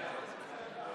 נוכח